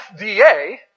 FDA